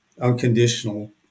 unconditional